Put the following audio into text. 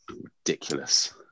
Ridiculous